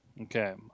Okay